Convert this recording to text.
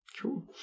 Cool